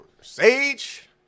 Sage